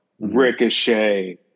Ricochet